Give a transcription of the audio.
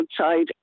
outside